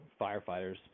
firefighters